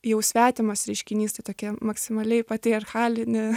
jau svetimas reiškinys tai tokia maksimaliai patriarchalinė